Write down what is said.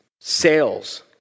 Sales